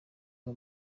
ngo